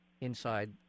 inside